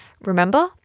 Remember